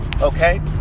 Okay